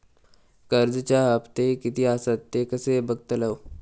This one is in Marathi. कर्जच्या हप्ते किती आसत ते कसे बगतलव?